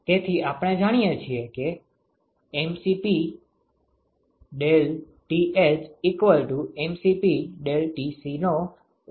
તેથી આપણે જાણીએ છીએ કે ∆Th ∆Tc નો ઉપયોગ કરીને Tco શોધી શકીએ છીએ